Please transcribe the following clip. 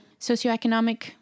socioeconomic